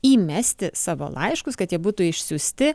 įmesti savo laiškus kad jie būtų išsiųsti